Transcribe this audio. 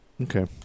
okay